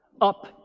up